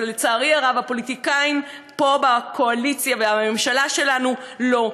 ולצערי הרב הפוליטיקאים פה בקואליציה והממשלה שלנו לא.